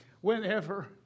Whenever